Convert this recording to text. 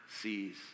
sees